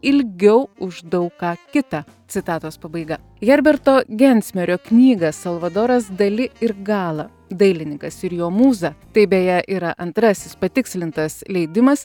ilgiau už daug ką kita citatos pabaiga herberto gensmerio knygą salvadoras dali ir gala dailininkas ir jo mūza tai beje yra antrasis patikslintas leidimas